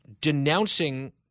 denouncing